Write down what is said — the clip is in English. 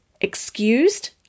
excused